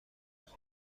جوان